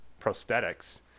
prosthetics